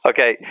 Okay